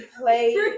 play